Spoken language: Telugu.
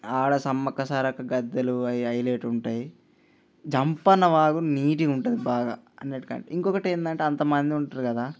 ఆడ సమ్మక్క సారక్క గద్దెలు అవి హైలైట్ ఉంటాయి జంపన్న వాగు నీటుగా ఉంటుంది బాగా అన్నింటికంటే ఇంకొకటి ఏంటంటే అంతమంది ఉంటారు కదా